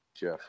Jeff